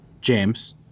James